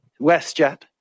WestJet